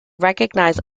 recognise